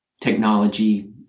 technology